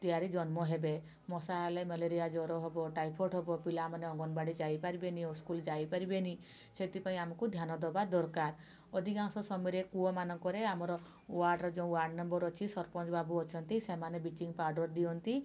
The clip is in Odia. ତିଆରି ଜନ୍ମ ହେବେ ମଶା ହେଲେ ମ୍ୟାଲେରିଆ ଜ୍ଵର ହେବ ଟାଇଫଡ଼୍ ହେବ ପିଲା ମାନେ ଅଙ୍ଗନବାଡ଼ି ଯାଇପାରିବେନି କି ସ୍କୁଲ୍ ଯାଇ ପାରିବେନି ସେଥିପାଇଁ ଆମକୁ ଧ୍ୟାନ ଦେବା ଦରକାର ଅଧିକାଂଶ ସମୟରେ କୂଅ ମାନଙ୍କରେ ଆମର ୱାର୍ଡ଼ରେ ଯେଉଁ ୱାର୍ଡ଼ ମେମ୍ବର୍ ଅଛି ସରପଞ୍ଚ ବାବୁ ଅଛନ୍ତି ସେମାନେ ବ୍ଲିଚିଙ୍ଗ୍ ପାଉଡର୍ ଦିଅନ୍ତି